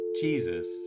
Jesus